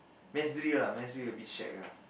mass drill ah mass drill a bit shack ah